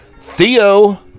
Theo